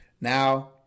Now